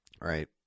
right